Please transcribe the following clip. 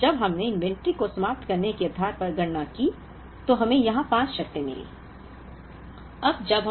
इसलिए जब हमने इन्वेंट्री को समाप्त करने के आधार पर गणना की तो हमें यहां 5 शर्तें मिलीं